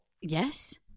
Yes